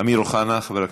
אמיר אוחנה, חבר הכנסת,